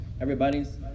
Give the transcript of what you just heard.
Everybody's